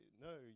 no